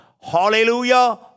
Hallelujah